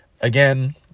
again